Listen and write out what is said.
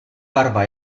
barva